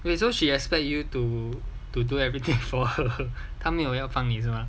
wait so she expect you to to to do everything for her 他们没有要帮你是吗